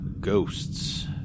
ghosts